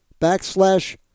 backslash